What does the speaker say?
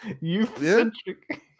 Youth-centric